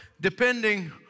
depending